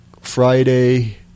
Friday